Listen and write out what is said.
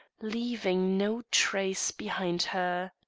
leaving no trace behind her.